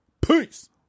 Peace